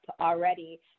already